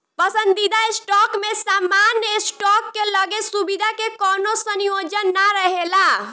पसंदीदा स्टॉक में सामान्य स्टॉक के लगे सुविधा के कवनो संयोजन ना रहेला